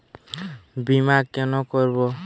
বিমা কেন করব?